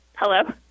Hello